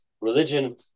religion